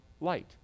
light